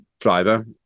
driver